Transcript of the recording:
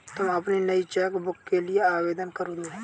तुम अपनी नई चेक बुक के लिए आवेदन करदो